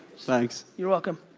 thanks. you're welcome.